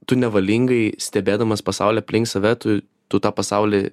tu nevalingai stebėdamas pasaulį aplink save tu tu tą pasaulį